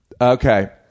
Okay